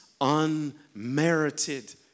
unmerited